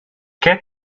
què